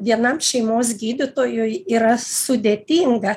vienam šeimos gydytojui yra sudėtinga